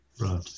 Right